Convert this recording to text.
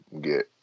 get